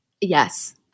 Yes